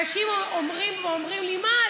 אנשים אומרים לי: מה,